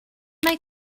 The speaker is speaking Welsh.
mae